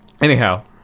anyhow